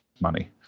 money